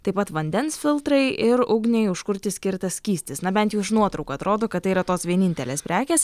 taip pat vandens filtrai ir ugniai užkurti skirtas skystis na bent jau iš nuotraukų atrodo kad tai yra tos vienintelės prekės